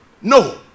No